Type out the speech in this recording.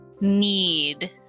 need